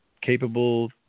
capable